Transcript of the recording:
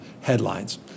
headlines